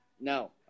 no